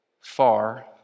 far